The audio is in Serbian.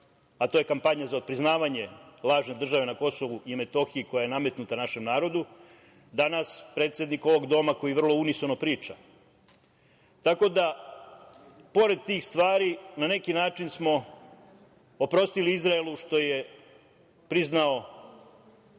a to je kampanja za otpriznavanje lažne države na Kosovu i Metohiji koja je nametnuta našem narodu, danas predsednik ovog doma, koji vrlo unisono priča. Pored tih stvari, na neki način smo oprostili Izraelu što je priznao